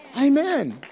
Amen